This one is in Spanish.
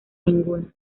ninguna